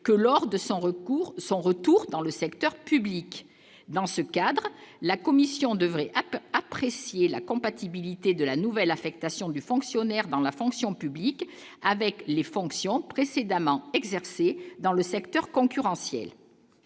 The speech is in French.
recours, son retour dans le secteur public, dans ce cadre, la commission devrait à peu appréciée, la compatibilité de la nouvelle affectation du fonctionnaire dans la fonction publique avec les fonctions précédemment exercé dans le secteur concurrentiel,